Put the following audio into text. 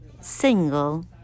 single